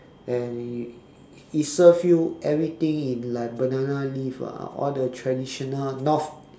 and it it serve you everything in like banana leaf ah all the traditional north